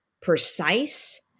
precise